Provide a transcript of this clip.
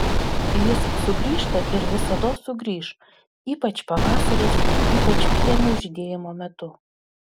jis sugrįžta ir visados sugrįš ypač pavasariais ypač pienių žydėjimo metu